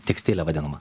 tekstilė vadinama